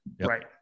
Right